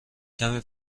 کمی